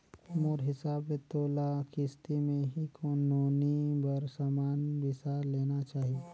मोर हिसाब ले तोला किस्ती मे ही नोनी बर समान बिसा लेना चाही